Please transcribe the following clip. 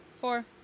Four